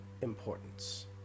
importance